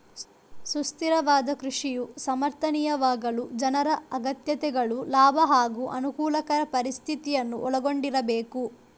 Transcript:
ಸುಸ್ಥಿರವಾದ ಕೃಷಿಯು ಸಮರ್ಥನೀಯವಾಗಲು ಜನರ ಅಗತ್ಯತೆಗಳು ಲಾಭ ಹಾಗೂ ಅನುಕೂಲಕರ ಪರಿಸ್ಥಿತಿಯನ್ನು ಒಳಗೊಂಡಿರಬೇಕು